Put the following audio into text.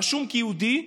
רשום כיהודי,